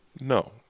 No